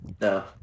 No